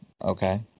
okay